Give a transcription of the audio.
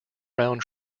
round